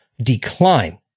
Decline